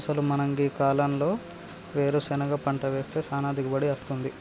అసలు మనం గీ కాలంలో వేరుసెనగ పంట వేస్తే సానా దిగుబడి అస్తుంది